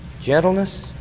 gentleness